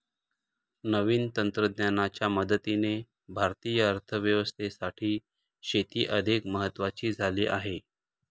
नवीन तंत्रज्ञानाच्या मदतीने भारतीय अर्थव्यवस्थेसाठी शेती अधिक महत्वाची झाली आहे